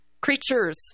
creatures